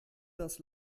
das